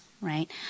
right